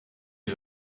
you